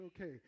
okay